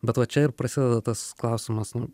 bet va čia ir prasideda tas klausimas nu